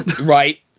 Right